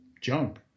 junk